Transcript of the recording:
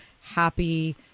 happy